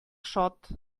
шат